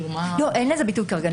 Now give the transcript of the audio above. אין לזה ביטוי כרגע.